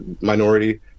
minority